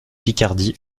picardie